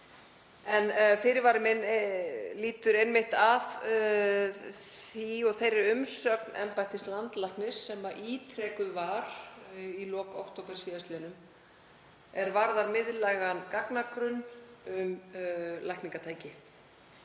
en fyrirvari minn lýtur einmitt að því og þeirri umsögn embættis landlæknis sem ítrekuð var í lok október sl. er varðar miðlægan gagnagrunn um lækningatæki.